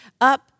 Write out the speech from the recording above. up